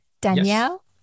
Danielle